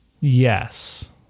Yes